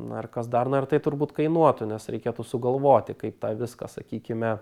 na ir kas dar na ir tai turbūt kainuotų nes reikėtų sugalvoti kaip tą viską sakykime